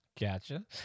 Gotcha